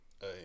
Hey